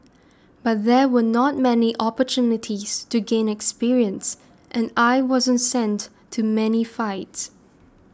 but there were not many opportunities to gain experience and I wasn't sent to many fights